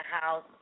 house –